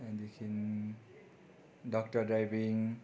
त्यहाँदेखि doctor driving